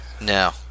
No